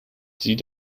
sie